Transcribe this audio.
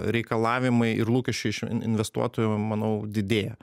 reikalavimai ir lūkesčiai iš in investuotojų manau didėja